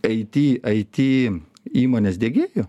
aity aity įmonės diegėju